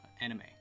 anime